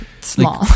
small